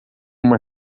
uma